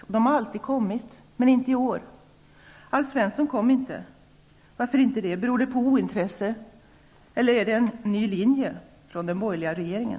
Denne har alltid kommit, men Alf Svensson kom inte i år. Beror det på ointresse, eller är det en ny linje från den borgerliga regeringen?